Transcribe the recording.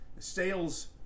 sales